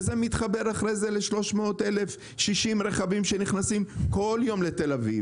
וזה מתחבר אחרי זה ל-300,060 רכבים שנכנסים כל יום לתל אביב,